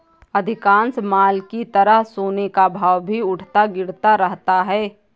अधिकांश माल की तरह सोने का भाव भी उठता गिरता रहता है